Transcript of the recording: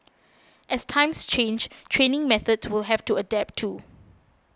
as times change training methods will have to adapt too